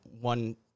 one